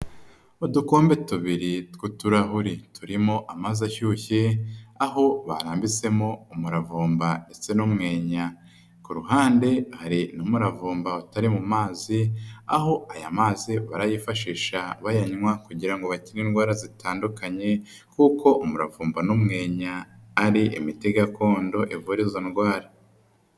Udukombe tubiri tw'uturahuri turimo amazu ashyushye, aho barambitsemo umuravumba ndetse n'umwenya, kuhande hari n'umuravumba utari mu mazi, aho aya mazi barayifashisha bayanywa kugira ngo bakire indwara zitandukanye kuko umuravumba n'umwenya ari imiti gakondo ivura izo ndwara.